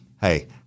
Hey